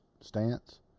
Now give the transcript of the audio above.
stance